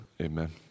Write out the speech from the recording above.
Amen